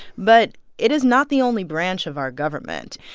but it is not the only branch of our government.